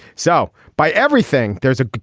so by everything there is a.